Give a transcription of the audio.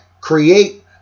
create